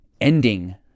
ending